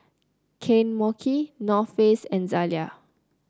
Kane Mochi North Face and Zalia